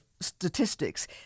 statistics